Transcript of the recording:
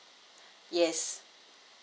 yes